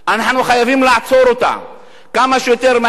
אנחנו חייבים לעצור אותה כמה שיותר מהר,